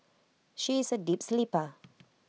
she is A deep sleeper